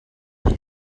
been